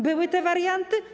Były te warianty?